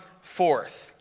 forth